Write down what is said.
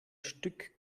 stück